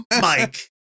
Mike